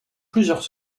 plusieurs